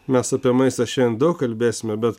mes apie maistą šiandien daug kalbėsime bet